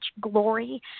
glory